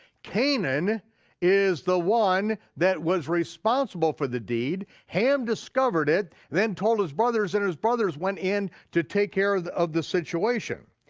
canaan is the one that was responsible for the deed, ham discovered it, then told his brothers and his brothers went in to take care of the of the situation.